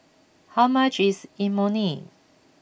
how much is Imoni